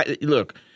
Look